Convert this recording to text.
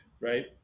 right